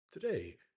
Today